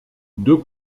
deux